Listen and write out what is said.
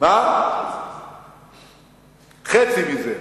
חצי מזה.